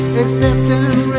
accepting